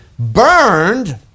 burned